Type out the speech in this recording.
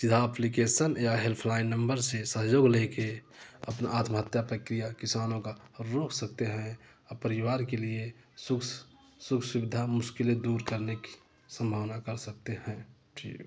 सीधा अप्लिकेसन या helpline number से सहयोग ले कर अपना आत्महत्या प्रक्रिया किसानों का रोक सकते हैं और परिवार के लिए सुख सुख सुविधा मुस्किलें दूर करने की संभावना कर सकते हैं जी